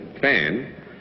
fan